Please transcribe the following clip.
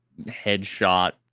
headshot